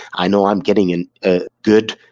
i know i'm getting and ah good,